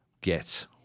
get